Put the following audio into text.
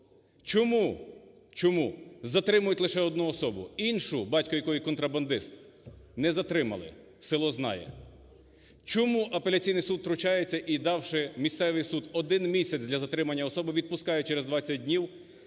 чому затримують лише одну особу? Іншу, батько якої контрабандист, не затримали. Село знає. Чому апеляційний суд втручається і, давши місцевий суд один місяць для затримання особи, відпускає через 20 днів,